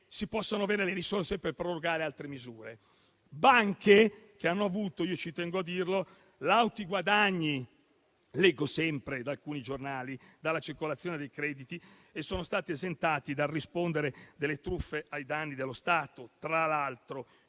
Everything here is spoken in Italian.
si possano avere le risorse per prorogare altre misure. Le banche hanno avuto - ci tengo a dirlo - lauti guadagni - come leggo sempre da alcuni giornali - dalla circolazione dei crediti e sono state esentate dal rispondere delle truffe ai danni dello Stato. Tra l'altro,